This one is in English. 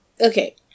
okay